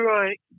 right